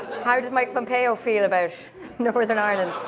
how does mike pompeo feel about northern ireland?